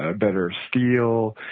ah better steel,